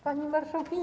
Pani Marszałkini!